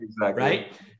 right